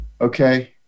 Okay